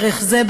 דרך זה,